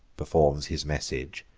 performs his message,